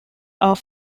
are